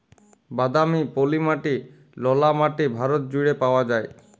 বাদামি, পলি মাটি, ললা মাটি ভারত জুইড়ে পাউয়া যায়